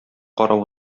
карап